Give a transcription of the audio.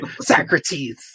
Socrates